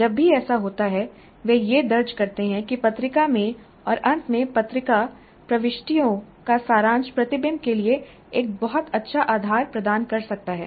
जब भी ऐसा होता है वे यह दर्ज करते हैं कि पत्रिका में और अंत में पत्रिका प्रविष्टियों का सारांश प्रतिबिंब के लिए एक बहुत अच्छा आधार प्रदान कर सकता है